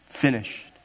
finished